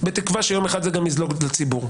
בתקווה שיום אחד זה גם יזלוג לציבור.